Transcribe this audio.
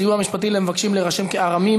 סיוע משפטי למבקשים להירשם כארמים)